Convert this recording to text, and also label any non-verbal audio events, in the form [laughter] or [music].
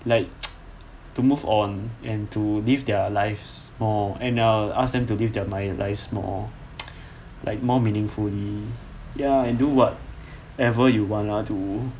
like [noise] to move on and to live their lives more and I'll ask them to live their lives more [noise] like more meaningfully and do whatever you want lah to